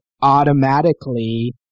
automatically